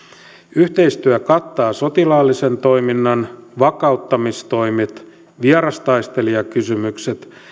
yhteistyö kattaa sotilaallisen toiminnan vakauttamistoimet vierastaistelijakysymykset